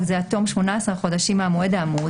זה עד תום 18 חודשים מהמועד האמור,